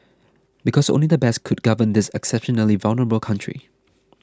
because only the best could govern this exceptionally vulnerable country